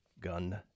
Gun